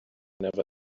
never